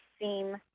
seem